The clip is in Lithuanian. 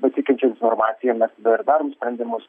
pasikeičia informacija mes tada ir darom sprendimus